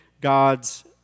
God's